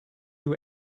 you